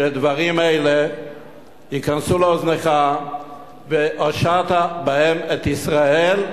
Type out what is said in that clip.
שדברים אלה ייכנסו לאוזניך והושעת בהם את ישראל,